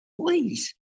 Please